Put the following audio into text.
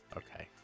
okay